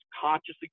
consciously